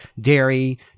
Dairy